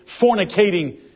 fornicating